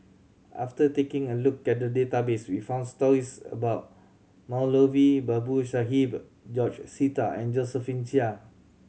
after taking a look at the database we found stories about Moulavi Babu Sahib George Sita and Josephine Chia